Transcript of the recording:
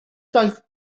daith